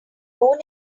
own